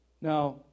Now